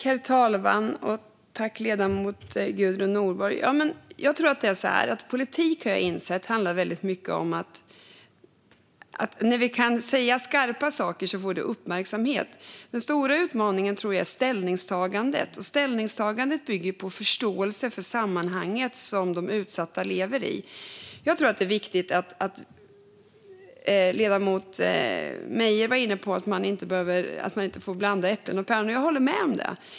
Herr talman! Tack, ledamoten Gudrun Nordborg! Jag tror att det är så här: Jag har insett att politik väldigt mycket handlar om att när vi kan säga skarpa saker får det uppmärksamhet. Den stora utmaningen är ställningstagandet. Ställningstagandet bygger på förståelse för sammanhanget som de utsatta lever i. Ledamoten Louise Meijer var inne på att man inte får blanda äpplen och päron.